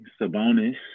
Sabonis